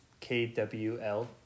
KWL